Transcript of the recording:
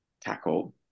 tackle